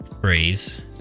phrase